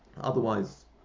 Otherwise